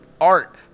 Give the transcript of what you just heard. art